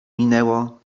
minęło